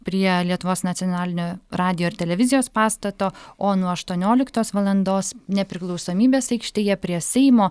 prie lietuvos nacionalinio radijo ir televizijos pastato o nuo aštuonioliktos valandos nepriklausomybės aikštėje prie seimo